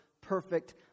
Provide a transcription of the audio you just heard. perfect